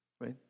right